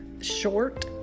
short